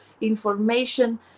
information